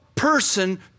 person